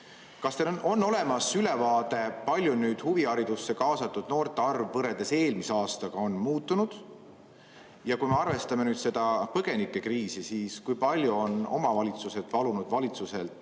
Kas teil on olemas ülevaade, kui palju huviharidusse kaasatud noorte arv võrreldes eelmise aastaga on muutunud? Kui me arvestame põgenikekriisi, siis kui palju on omavalitsused palunud valitsuselt